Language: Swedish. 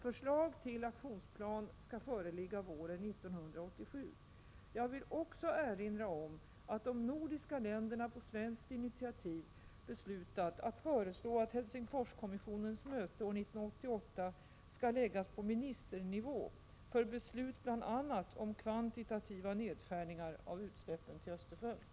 Förslag till aktionsplan skall föreligga våren 1987. Jag vill också erinra om att de nordiska länderna på svenskt initiativ beslutat att föreslå att Helsingforskommissionens möte år 1988 skall läggas på ministernivå för beslut bl.a. om kvantitativa nedskärningar av utsläppen till Östersjön.